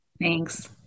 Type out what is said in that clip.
Thanks